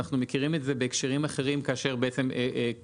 אנחנו מכירים את זה בהקשרים אחרים כאשר כמה